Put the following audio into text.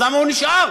אז למה הוא נשאר?